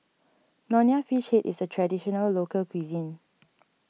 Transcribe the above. Nonya Fish Head is a Traditional Local Cuisine